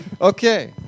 Okay